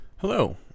Hello